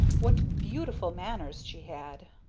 what beautiful manners she had!